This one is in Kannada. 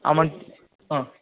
ಹಾಂ ಮ ಹಾಂ